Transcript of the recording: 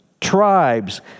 tribes